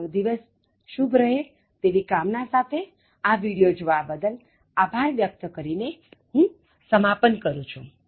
તમારો દિવસ શુભ રહે તેવી કામના સાથે આ વિડિયો જોવા બદલ આભાર વ્યક્ત કરી ને હું સમાપન કરું છું